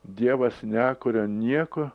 dievas nekuria nieko